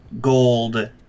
gold